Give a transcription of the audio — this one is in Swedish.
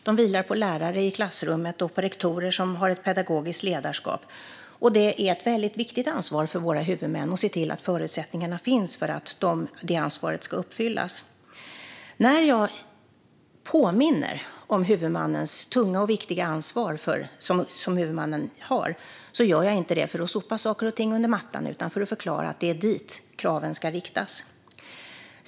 Det vilar på lärarna i klassrummen och på rektorerna, som har ett pedagogiskt ledarskap. Det är en viktig uppgift för våra huvudmän att se till att förutsättningarna finns för att det ansvaret ska uppfyllas. När jag påminner om det tunga och viktiga ansvar som huvudmännen har gör jag inte det för att sopa saker och ting under mattan utan för att förklara att det är dit kraven ska riktas.